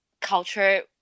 culture